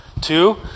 Two